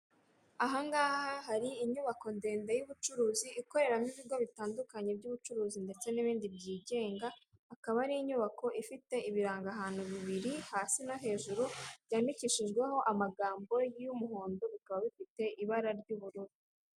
Aha ngaha hari inyubako ndende y'ubucuruzi ikoreramo ibigo bitandukanye by'ubucuruzi ndetse n'ibindi byigenga, akaba ari inyubako ifite ibirango ahantu bibiri hasi no hejuru, byandikishijweho amagambo y'umuhondo bikaba bifite ibara ry'ubururu.